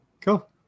cool